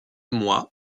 mois